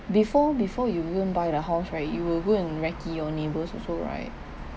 before before you ruin by the house right you will go and recce your neighbours also right